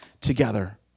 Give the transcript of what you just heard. together